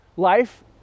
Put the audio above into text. life